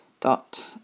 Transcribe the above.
dot